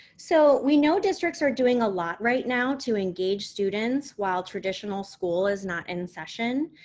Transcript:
so, we know districts are doing a lot right now to engage students while traditional school is not in session,